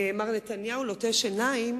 מר נתניהו לוטש עיניים